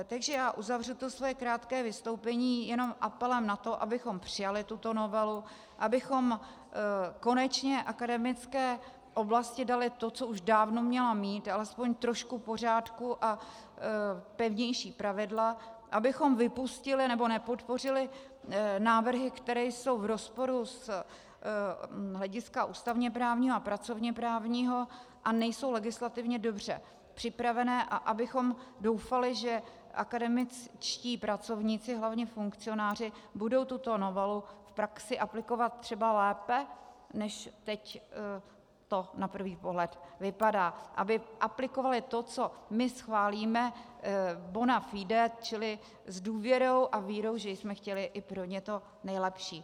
Takže já uzavřu své krátké vystoupení jenom apelem na to, abychom přijali tuto novelu, abychom konečně akademické oblasti dali to, co už dávno měla mít, alespoň trochu pořádku a pevnější pravidla, abychom vypustili nebo nepodpořili návrhy, které jsou v rozporu z hlediska ústavněprávního a pracovněprávního a nejsou legislativně dobře připravené, a abychom doufali, že akademičtí pracovníci, hlavně funkcionáři, budou tuto novelu v praxi aplikovat třeba lépe, než teď to na první pohled vypadá, aby aplikovali to, co my schválíme bona fide, čili s důvěrou a vírou, že jsme chtěli i pro ně to nejlepší.